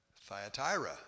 Thyatira